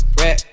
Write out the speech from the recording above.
rap